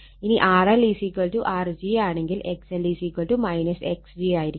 ഇനി RLR g ആണെങ്കിൽ XL X g ആയിരിക്കും